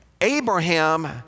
Abraham